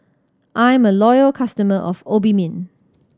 I'm a loyal customer of Obimin